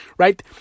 Right